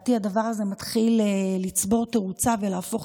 לדעתי הדבר הזה מתחיל לצבור תאוצה ולהפוך